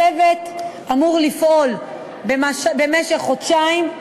הצוות אמור לפעול במשך חודשיים,